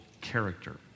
character